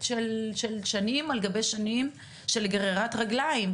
של שנים על גבי שנים של גרירת רגליים.